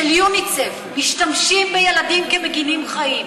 של יוניסף: משתמשים בילדים כמגינים חיים,